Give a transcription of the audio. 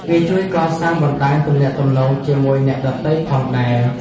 វាជួយកសាងបណ្តាញទំនាក់ទំនងជាមួយអ្នកដទៃផងដែរ។